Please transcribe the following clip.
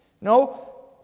No